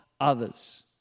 others